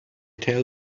tell